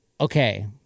okay